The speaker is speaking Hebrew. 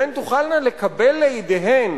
והן תוכלנה לקבל לידיהן